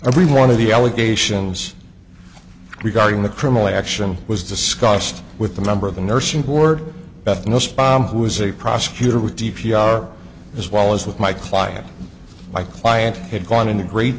every one of the allegations regarding the criminal action was discussed with the member of the nursing board ethnos bomb who was a prosecutor with d p r as well as with my client my client had gone into great